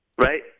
right